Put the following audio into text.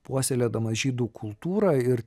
puoselėdamas žydų kultūrą ir